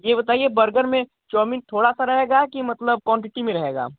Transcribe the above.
ये बताइये बर्गर में चोमीन थोड़ा सा रहेगा कि मतलब कॉन्टिटी में रहेगा